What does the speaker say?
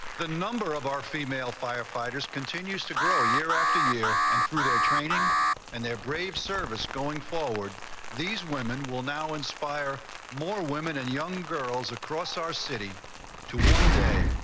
the number of our female firefighters continues to grow year after year, and through their training and their brave service going forward these women will now inspire more women and young girls across our city to one day,